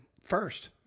first